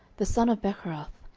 the son of bechorath,